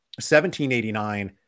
1789